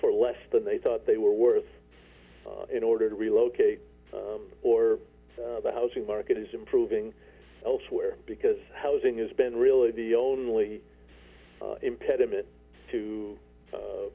for less than they thought they were worth in order to relocate or the housing market is improving elsewhere because housing has been really the only impediment to